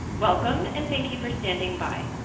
welcome and thank you for standing by.